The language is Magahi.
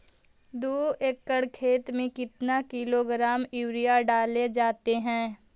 दू एकड़ खेत में कितने किलोग्राम यूरिया डाले जाते हैं?